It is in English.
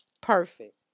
perfect